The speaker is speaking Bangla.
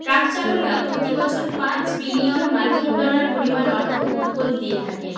ট্রাক চালকরা প্রতি বছর পাঁচ বিলিয়ন মার্কিন ডলার পরিমাণ অর্থ উৎকোচ দিয়ে থাকেন